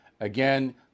Again